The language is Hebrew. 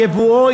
ייבואו,